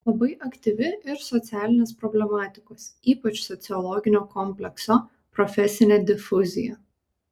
labai aktyvi ir socialinės problematikos ypač sociologinio komplekso profesinė difuzija